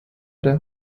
der